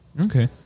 Okay